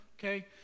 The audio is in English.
Okay